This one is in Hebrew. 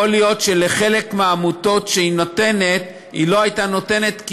יכול להיות שלחלק מהעמותות שהיא נותנת היא לא הייתה נותנת,